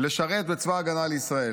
לשרת בצבא הגנה לישראל.